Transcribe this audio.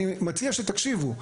אני מציע שתקשיבו,